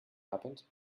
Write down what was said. happened